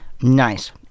Nice